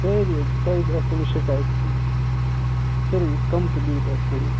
سٲری حظ تۄہہِ آسوٕ نہٕ شِکایت کیٚنٛہہ سٲرٕے کَمپٕلیٖٹ آسہِ سورُے